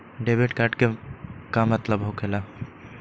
Debit card के का मतलब होकेला?